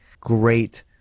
great